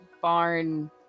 barn